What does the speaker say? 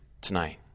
tonight